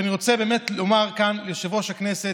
ואני רוצה באמת לומר כאן ליושב-ראש הכנסת,